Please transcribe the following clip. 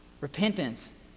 repentance